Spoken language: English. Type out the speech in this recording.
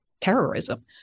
terrorism